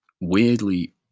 weirdly